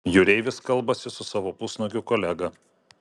jūreivis kalbasi su savo pusnuogiu kolega